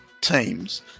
teams